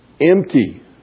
empty